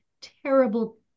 terrible